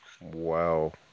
Wow